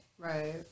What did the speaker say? Right